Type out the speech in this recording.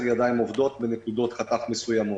ידיים עובדות בנקודות חתך מסוימות.